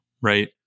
right